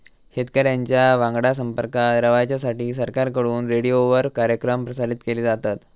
शेतकऱ्यांच्या वांगडा संपर्कात रवाच्यासाठी सरकारकडून रेडीओवर कार्यक्रम प्रसारित केले जातत